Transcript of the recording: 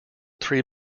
three